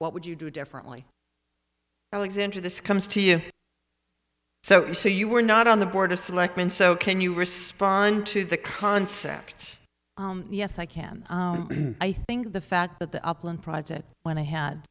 what would you do differently now xander this comes to you so if you were not on the board of selectmen so can you respond to the concept yes i can i think the fact that the upland project when i had